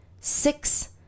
six